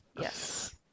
yes